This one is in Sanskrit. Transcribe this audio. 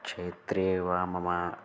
क्षेत्रे वा मम